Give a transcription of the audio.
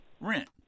rent